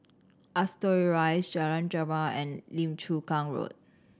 Ascot Rise Jalan Jamal and Lim Chu Kang Road